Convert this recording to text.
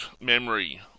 memory